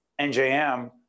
NJM